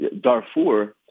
Darfur